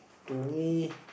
to me